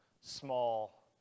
small